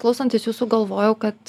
klausantis jūsų galvojau kad